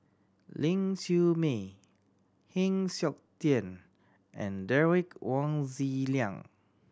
Ling Siew May Heng Siok Tian and Derek Wong Zi Liang